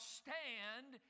stand